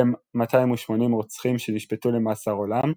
בהם 280 רוצחים שנשפטו למאסר עולם,